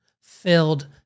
filled